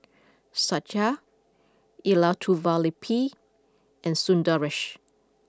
Satya Elattuvalapil and Sundaresh